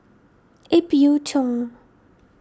Ip Yiu Tung